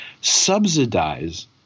subsidize